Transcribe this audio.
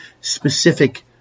specific